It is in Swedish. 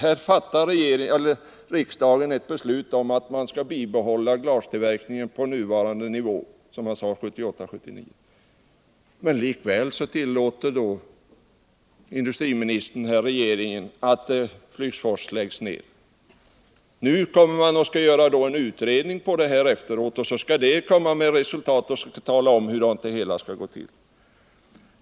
Här fattade riksdagen ett beslut om att man skulle bibehålla glastillverkningen på oförändrad nivå, men likväl tillåter industriministern och regeringen att Flygsfors läggs ned. Nu kommer man efteråt och skall göra en utredning, vars resultat skall visa hur det hela skall gå till.